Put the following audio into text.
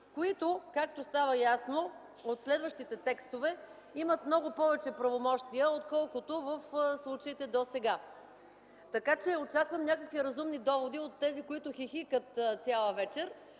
които, както става ясно от следващите текстове, имат много повече правомощия отколкото в случаите досега. Очаквам някакви разумни доводи от тези, които хихикат цяла вечер,